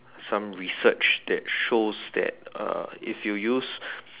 some research that shows that uh if you use